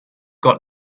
got